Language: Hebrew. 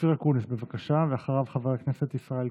אופיר אקוניס, בבקשה, ואחריו, חבר הכנסת ישראל כץ.